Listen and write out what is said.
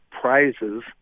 prizes